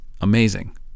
amazing